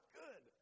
good